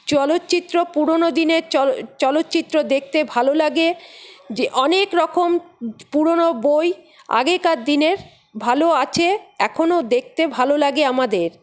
চলচ্চিত্র পুরোনো দিনের চল চলচ্চিত্র দেখতে ভালো লাগে যে অনেক রকম পুরোনো বই আগেকার দিনের ভালো আছে এখনো দেখতে ভালো লাগে আমাদের